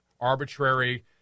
arbitrary